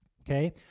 Okay